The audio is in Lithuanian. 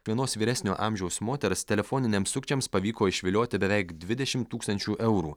vienos vyresnio amžiaus moters telefoniniams sukčiams pavyko išvilioti beveik dvidešimt tūkstančių eurų